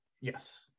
Yes